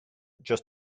just